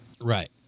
right